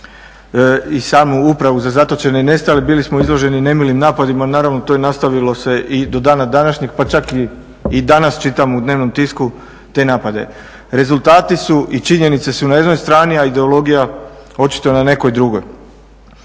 i samu Upravu za zatočene i nestale, bili smo izloženi nemilim napadima. Naravno, to je nastavilo se i do dana današnjeg, pa čak i danas čitam u dnevnom tisku te napade. Rezultati su i činjenice su na jednoj strani, a ideologija očito na nekoj drugoj.